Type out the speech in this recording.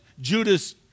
Judas